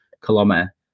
kilometer